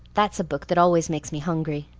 that's a book that always makes me hungry,